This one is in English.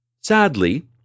Sadly